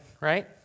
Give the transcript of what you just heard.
right